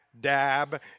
dab